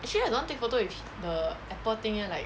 actually I don't want take photo with the apple thing eh like